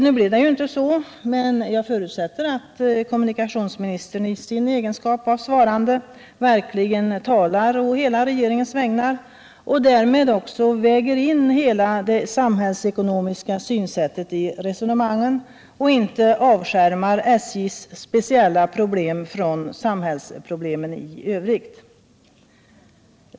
Nu blev det ju inte så, men jag förutsätter att kommunikationsministern i sin egenskap av svarande verkligen talar på hela regeringens vägnar och därmed också väger in hela det samhällsekonomiska synsättet i resonemangen och inte avskärmar SJ:s speciella problem från samhällsproblemen i övrigt.